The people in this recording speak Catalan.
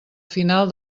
final